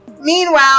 meanwhile